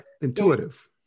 intuitive